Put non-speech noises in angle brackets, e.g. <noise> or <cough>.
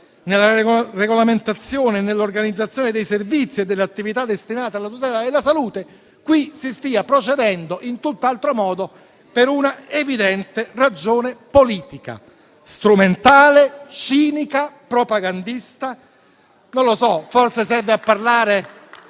nella regolamentazione e nell'organizzazione dei servizi e delle attività destinate alla tutela della salute, qui si stia procedendo in tutt'altro modo, per una evidente ragione politica, strumentale, cinica e propagandista. <applause> Siccome poi per